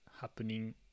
happening